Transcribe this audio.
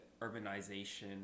urbanization